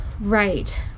right